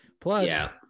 Plus